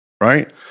right